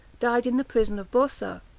died in the prison of boursa.